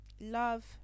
love